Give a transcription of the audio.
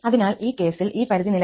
അതിനാൽ ഈ കേസിൽ ഈ പരിധി നിലവിലില്ല